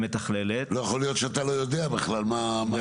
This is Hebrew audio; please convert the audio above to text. ומתכללת -- אבל לא יכול להיות שאתה לא יודע בכל למה קורה איתם.